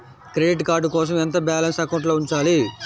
Credit card కోసం ఎంత balance అకౌంట్లో ఉంచాలి?